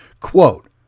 Quote